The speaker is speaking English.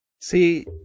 See